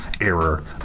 error